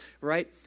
right